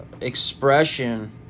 expression